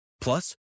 Plus